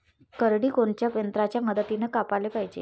करडी कोनच्या यंत्राच्या मदतीनं कापाले पायजे?